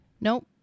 Nope